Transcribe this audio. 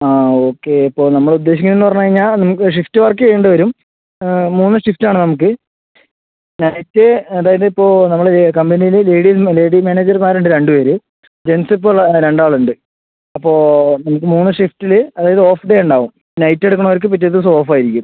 ആ ഓക്കെ ഇപ്പോൾ നമ്മൾ ഉദ്ദേശിക്കുന്നതെന്ന് പറഞ്ഞ് കഴിഞ്ഞാൽ നിങ്ങൾക്ക് ഷിഫ്റ്റ് വർക്ക് ചെയ്യേണ്ട വരും മൂന്ന് ഷിഫ്റ്റ് ആണ് നമുക്ക് നൈറ്റ് അതായത് ഇപ്പോൾ നമ്മൾ കമ്പനിയിൽ ലേഡി ലേഡി മാനേജർമാര് ഉണ്ട് രണ്ട് പേര് ജെൻറ്റ്സ് ഇപ്പോൾ രണ്ട് ആള് ഉണ്ട് അപ്പോൾ മൂന്ന് ഷിഫ്റ്റില് അതായത് ഓഫ് ഡേ ഇണ്ടാവും നൈറ്റ് എടുക്കണവർക്ക് പിറ്റെ ദിവസം ഓഫ് ആയിരിക്കും